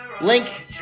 Link